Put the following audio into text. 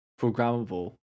programmable